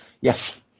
Yes